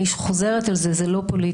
אני חוזרת על זה: זה לא פוליטי,